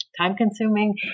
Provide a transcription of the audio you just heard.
time-consuming